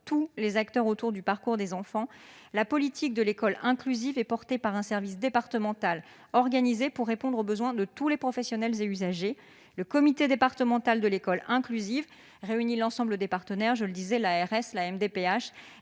tous les acteurs autour du parcours des enfants, la politique de l'école inclusive est portée par un service départemental organisé pour répondre aux besoins de tous les professionnels et usagers. Le Comité départemental de suivi de l'école inclusive réunit les partenaires- l'ARS, la MDPH,